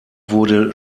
wurde